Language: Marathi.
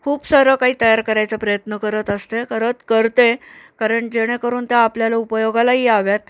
खूप सारं काही तयार करायचा प्रयत्न करत असते करत करते कारण जेणेकरून त्या आपल्याला उपयोगालाही याव्यात